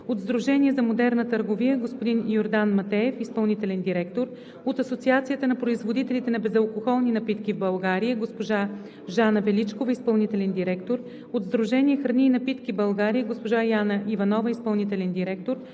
от Сдружение за модерна търговия: господин Йордан Матеев – изпълнителен директор; от Асоциацията на производителите на безалкохолни напитки в България: госпожа Жана Величкова – изпълнителен директор; от Сдружение „Храни и напитки България“: госпожа Яна Иванова – изпълнителен директор;